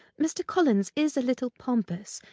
mr. collins is a little pompous,